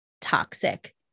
toxic